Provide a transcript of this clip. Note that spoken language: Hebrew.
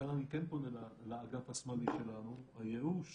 כאן אני כן פונה לאגף השמאלי שלנו, הייאוש